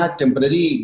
temporary